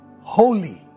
holy